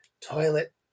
toilet